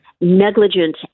negligent